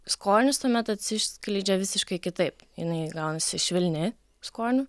skonis tuomet atsiskleidžia visiškai kitaip jinai gaunasi švelni skoniu